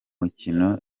mikino